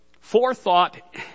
forethought